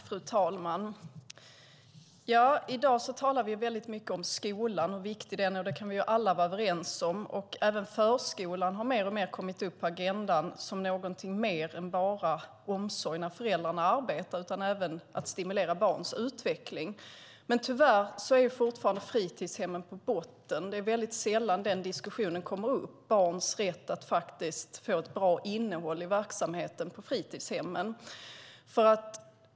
Fru talman! I dag talar vi väldigt mycket om skolan och hur viktig den är. Det kan vi alla vara överens om. Förskolan har också mer och mer kommit upp på agendan som någonting mer än bara omsorg när föräldrarna arbetar. Den ska även stimulera barns utveckling. Men tyvärr befinner sig fritidshemmen fortfarande på botten. Det är mycket sällan diskussionen om barns rätt att få ett bra innehåll i verksamheten på fritidshemmen kommer upp.